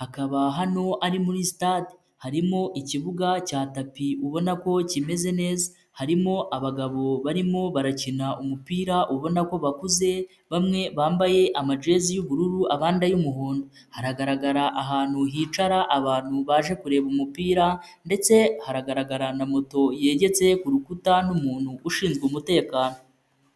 hakaba hano ari muri sitade, harimo ikibuga cya tapi ubona ko kimeze neza, harimo abagabo barimo barakina umupira ubona ko bakuze bamwe bambaye amajezi y'ubururu abandi ay'umuhondo, haragaragara ahantu hicara abantu baje kureba umupira ndetse hagaragara na moto yegetse ku rukuta n'umuntu ushinzwe umutekano.